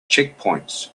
checkpoints